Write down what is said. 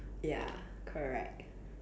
ya correct